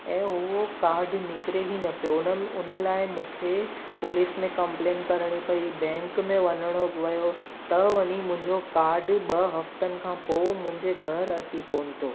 ऐं उहो कार्ड निकिरे ई न पियो उन उन लाइ मूंखे पुलिस में कंप्लेन करिणी पई बैंक में करिणी पई बैंक में वञिणो पियो त वञी मुंहिंजो कार्ड ॿ हफ़्तनि खां पोइ मुंहिंजे घरु अची पहुतो